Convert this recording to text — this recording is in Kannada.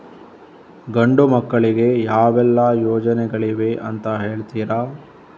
ಗಂಡು ಮಕ್ಕಳಿಗೆ ಯಾವೆಲ್ಲಾ ಯೋಜನೆಗಳಿವೆ ಅಂತ ಹೇಳ್ತೀರಾ?